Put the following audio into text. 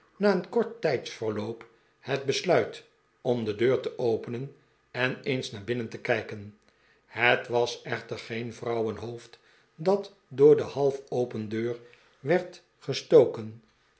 na een kort tijdsverloop het besluit om de deur te open en en eens naar binnen te kijken het was echter geen vrouwenhoofd dat door de half open deur werd